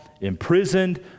imprisoned